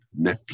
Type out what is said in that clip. Netflix